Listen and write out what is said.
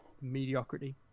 mediocrity